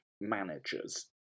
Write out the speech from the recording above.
managers